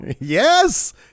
Yes